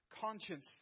conscience